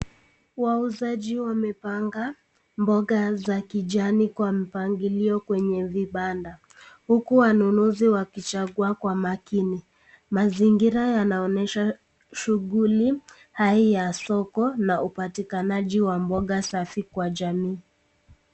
Wauzaji wamepanga mboga za kijani kwa mpangilio kwenye vibanda uku wanunuzi wakichangua kwa makini. Mazingira yanaonyesha shughuli hai ya soko na upatikanaji wa mboga safi kwa jamii.